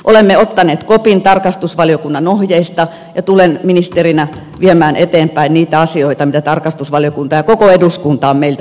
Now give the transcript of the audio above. olemme ottaneet kopin tarkastusvaliokunnan ohjeista ja tulen ministerinä viemään eteenpäin niitä asioita mitä tarkastusvaliokunta ja koko eduskunta on meiltä edellyttänyt